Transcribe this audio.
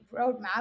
roadmap